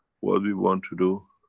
what we want to do.